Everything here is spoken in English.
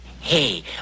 Hey